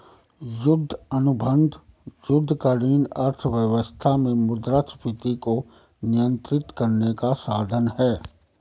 युद्ध अनुबंध युद्धकालीन अर्थव्यवस्था में मुद्रास्फीति को नियंत्रित करने का साधन हैं